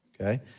Okay